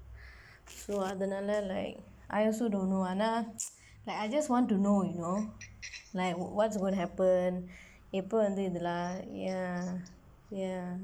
so அதனால:athanaala like I also don't know wanna like I just want to know you know like wh~ what's gonna happen எப்ப வந்து இதெல்லாம்:eppa vandthu ithellaam and the the lah ya ya